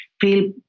feel